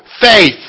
faith